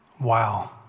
Wow